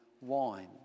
wine